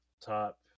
top